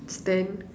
stand